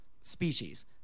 species